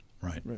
Right